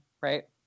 right